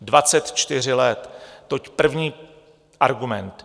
Dvacet čtyři let, toť první argument.